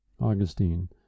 Augustine